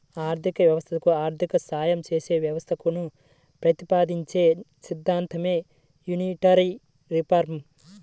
ఆర్థిక వ్యవస్థకు ఆర్థిక సాయం చేసే వ్యవస్థలను ప్రతిపాదించే సిద్ధాంతమే మానిటరీ రిఫార్మ్